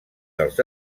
dels